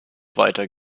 weiter